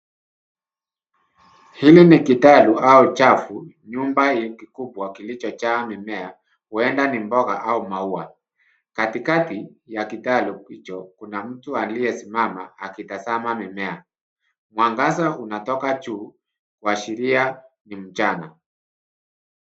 Hili ni kitalu au chafu, nyumba kikubwa kilichojaa mimea, huenda ni mboga au maua. Katikati ya kitalu hicho, kuna mtu aliyesimama akitazama mimea. Mwangaza unatoka juu, kuashiiria ni mchana.